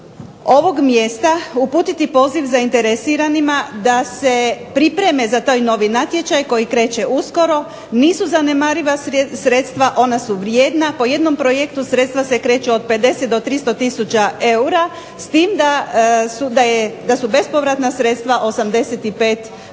ovog mjesta uputiti poziv zainteresiranima da pripreme za taj novi natječaj koji kreće uskoro, nisu zanemariva sredstva, ona su vrijedna, po jednom projektu sredstva se kreću od 50 do 300 tisuća eura, s tim da su bespovratna sredstva 85% ukupne